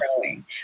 growing